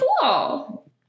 cool